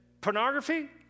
pornography